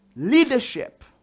leadership